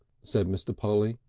said mr. polly.